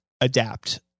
adapt